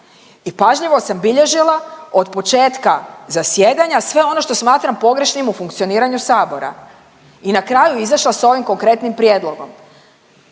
i pažljivo sam bilježila od početka zasjedanja sve ono što smatram pogrešnim u funkcioniranju Sabora i na kraju izašla s ovim konkretnim prijedlogom.